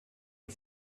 the